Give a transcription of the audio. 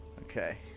okay